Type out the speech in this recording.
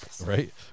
right